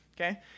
okay